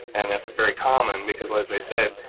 and that's very common because as i said,